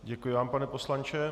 Děkuji vám, pane poslanče.